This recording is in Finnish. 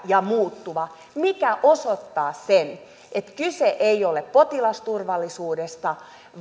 ja muuttuva mikä osoittaa sen että kyse ei ole potilasturvallisuudesta